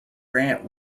grant